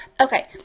okay